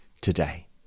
today